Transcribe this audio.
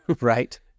Right